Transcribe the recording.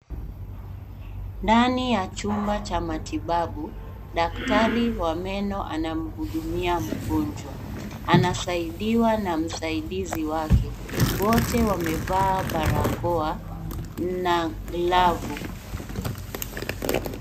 Ndani ya chumba cha matibabu daktari wa meno anamhudumia mgonjwa. Anasaidiwa na msaidizi wake. Wote wamevaa barakoa na glavu.